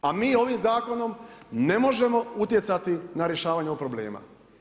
A mi ovim zakonom ne možemo utjecati na rješavanje ovog problema.